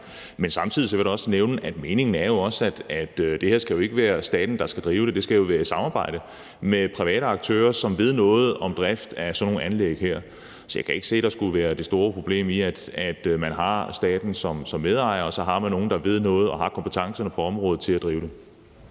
Men samtidig vil jeg da også nævne, at meningen heller ikke er, at det er staten, der skal drive det. Det skal jo foregå i et samarbejde med private aktører, som ved noget om drift af sådan nogle anlæg her. Så jeg kan ikke se, der skulle være det store problem i, at man har staten som medejer, og så har man nogle, der ved noget og har kompetencerne på området til at drive det.